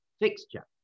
fixture